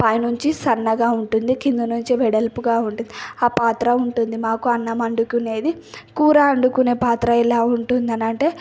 పైనుంచి సన్నగా ఉంటుంది కింద నుంచి వెడల్పుగా ఉంటుంది ఆ పాత్ర ఉంటుంది మాకు అన్నం వండుకునేది కూర వండుకునే పాత్ర ఎలా ఉంటుందనంటే